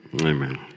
amen